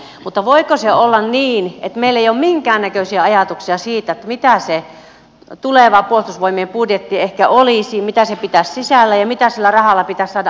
mutta voiko se olla niin että meillä ei ole minkäännäköisiä ajatuksia siitä mitä se tuleva puolustusvoimien budjetti ehkä olisi mitä se pitäisi sisällään ja mitä sillä rahalla pitäisi saada aikaiseksi